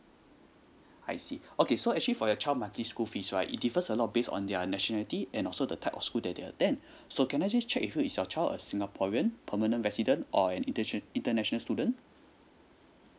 I see okay so actually for your child monthly school fees right it defers a lot based on their nationality and also the type of school that they attend so can I just check with you is your child a singaporean permanent resident or an internship international student